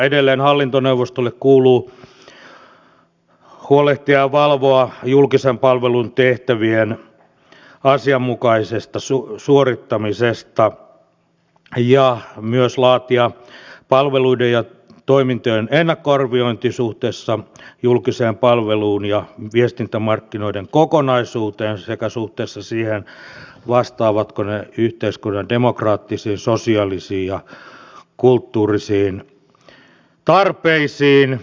edelleen hallintoneuvostolle kuuluu huolehtia ja valvoa julkisen palvelun tehtävien asianmukaisesta suorittamisesta ja myös laatia palveluiden ja toimintojen ennakkoarviointi suhteessa julkiseen palveluun ja viestintämarkkinoiden kokonaisuuteen sekä suhteessa siihen vastaavatko ne yhteiskunnan demokraattisiin sosiaalisiin ja kulttuurisiin tarpeisiin